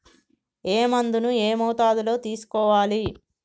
ఏ మందును ఏ మోతాదులో తీసుకోవాలి?